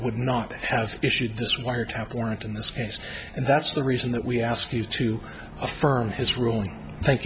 would not have issued this wiretap warrant in this case and that's the reason that we ask you to affirm his ruling thank